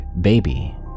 Baby